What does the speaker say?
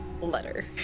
Letter